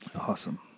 Awesome